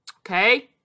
Okay